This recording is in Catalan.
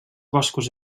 boscos